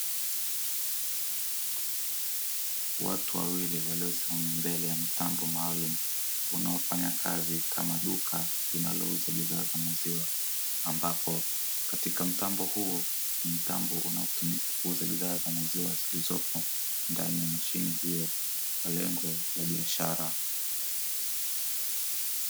Watu wawili waliosimama mbele ya mtambo maalumu, unaofanya kazi kama duka linalouza bidhaa za maziwa, ambapo katika mtambo huo ni mtambo unaotumika kuuza bidhaa za maziwa zilizopo ndani ya mashine hiyo, kwa lengo la biashara.